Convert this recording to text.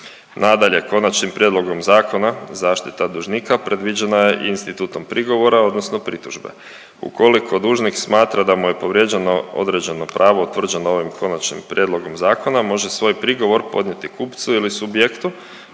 Nadalje, konačnim prijedlogom zakona zaštita dužnika predviđena je i institutom prigovora, odnosno pritužbe. Ukoliko dužnik smatra da mu je povrijeđeno određeno pravo utvrđeno ovim konačnim prijedlogom zakona, može svoj prigovor podnijeti kupcu ili subjektu